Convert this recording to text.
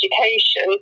education